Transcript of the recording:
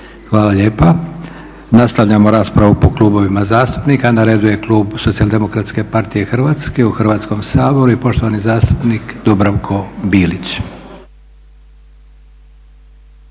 Hvala lijepa. Nastavljamo raspravu po klubovima zastupnika. Na radu je klub SDP-a u Hrvatskom saboru i poštovani zastupnik Dubravko Bilić.